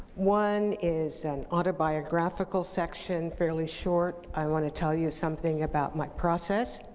one is an autobiographical section, fairly short. i wanna tell you something about my process.